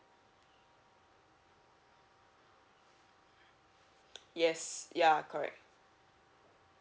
yes ya correct